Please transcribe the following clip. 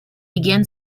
began